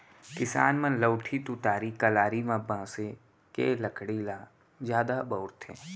किसान मन लउठी, तुतारी, कलारी म बांसे के लकड़ी ल जादा बउरथे